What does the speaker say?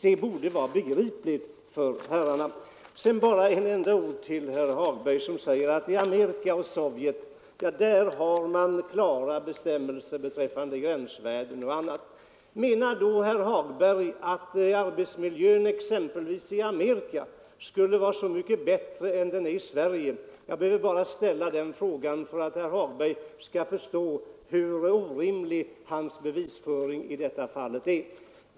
Detta borde vara begripligt för herrarna. Sedan bara några få ord till herr Hagberg, som säger att man i Amerika och i Sovjet har klara bestämmelser beträffande gränsvärden och annat. Menar då herr Hagberg att arbetsmiljön exempelvis i Amerika skulle vara så mycket bättre än här i Sverige? Jag behöver bara ställa den frågan för att herr Hagberg skall förstå hur orimlig hans bevisföring i detta fall är.